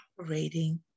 operating